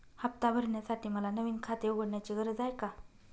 हफ्ता भरण्यासाठी मला नवीन खाते उघडण्याची गरज आहे का?